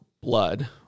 blood